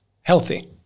healthy